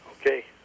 Okay